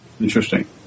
Interesting